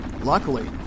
Luckily